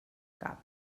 cap